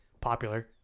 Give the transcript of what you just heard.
popular